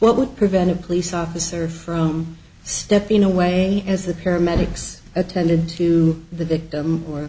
what would prevent a police officer from stepping away as the paramedics attended to the victim or